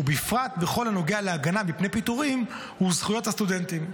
ובפרט בכל הנוגע להגנה בפני פיטורים וזכויות הסטודנטים.